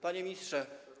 Panie Ministrze!